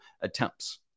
attempts